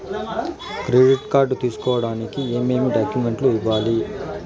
credit card తీసుకోడానికి ఏమేమి డాక్యుమెంట్లు ఇవ్వాలి